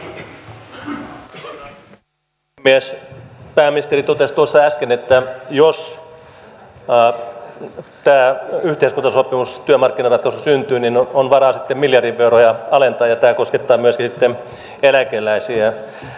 pääministeri totesi tuossa äsken että jos tämä yhteiskuntasopimus työmarkkinaratkaisu syntyy niin on varaa sitten miljardi veroja alentaa ja tämä koskettaa myöskin sitten eläkeläisiä